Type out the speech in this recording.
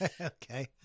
Okay